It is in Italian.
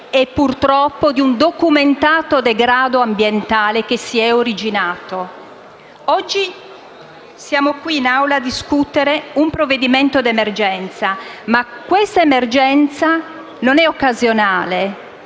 e purtroppo del documentato degrado ambientale che si è originato? Oggi siamo qui a discutere un provvedimento di emergenza. Tale emergenza, però, non è occasionale